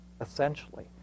essentially